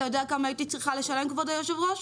אתה יודע כמה הייתי צריכה לשלם כבוד היושב-ראש?